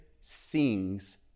sings